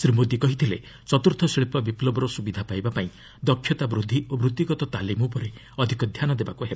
ଶ୍ରୀ ମୋଦି କହିଥିଲେ ଚତ୍ରୁର୍ଥ ଶିଳ୍ପ ବିପୁବର ସ୍ରବିଧା ପାଇବାପାଇଁ ଦକ୍ଷତା ବୃଦ୍ଧି ଓ ବୂତ୍ତିଗତ ତାଲିମ୍ ଉପରେ ଅଧିକ ଧ୍ୟାନ ଦେବାକ୍ ହେବ